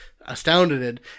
astounded